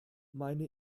meine